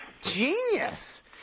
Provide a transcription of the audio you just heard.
Genius